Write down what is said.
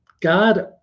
God